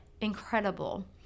incredible